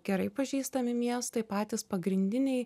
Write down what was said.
gerai pažįstami miestai patys pagrindiniai